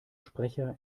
sprecher